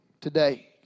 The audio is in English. today